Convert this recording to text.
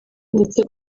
ndetse